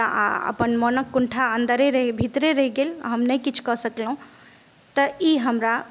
तऽ आ अपन मोनक कुंठा अन्दरे रहि भीतरे रहि गेल हम नहि किछु कऽ सकलहुॅं तऽ ई हमरा